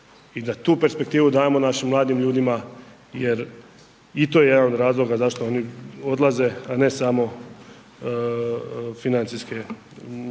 i da tu perspektivu dajemo našim mladim ljudima jer i to je jedan od razloga zašto oni odlaze a ne samo financijske